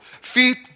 Feet